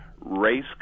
race